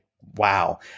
wow